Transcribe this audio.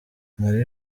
marie